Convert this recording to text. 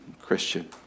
Christian